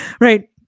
right